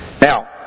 Now